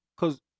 Cause